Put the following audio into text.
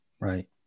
Right